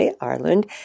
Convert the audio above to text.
Ireland